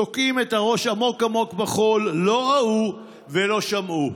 תוקעים את הראש עמוק עמוק בחול, לא ראו ולא שמעו.